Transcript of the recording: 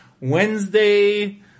Wednesday –